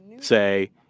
say